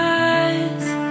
eyes